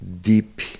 deep